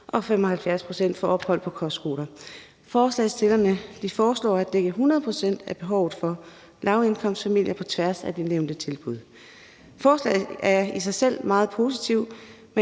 og 75 pct. for ophold på kostskoler. Forslagsstillerne foreslår at dække 100 pct. af behovet for lavindkomstfamilier på tværs af det nævnte tilbud. Forslaget er i sig selv meget positivt,